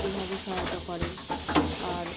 এভাবে সহায়তা করেন আর